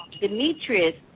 Demetrius